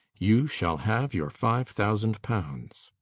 you shall have your five thousand pounds.